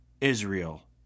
Israel